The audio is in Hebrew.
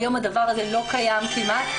היום הדבר הזה לא קיים כמעט,